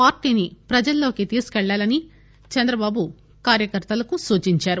పార్టీని ప్రజల్లోకి తీసుకుపెళ్లాలని చంద్రబాబు కార్యకర్తలకు సూచించారు